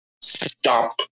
stop